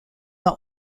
the